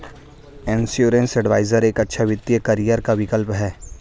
insurance adviser एक अच्छा वित्तीय करियर का विकल्प है